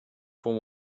for